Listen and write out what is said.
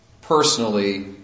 personally